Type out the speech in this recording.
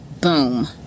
boom